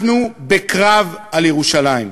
אנחנו בקרב על ירושלים,